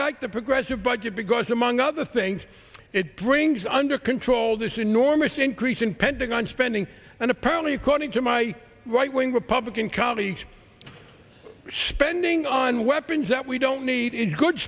got the progressive budget because among other things it brings under control this enormous increase in pentagon spending and apparently according to my right wing republican colleagues spending on weapons that we don't need is good